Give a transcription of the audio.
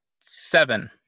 seven